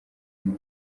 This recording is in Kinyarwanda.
muntu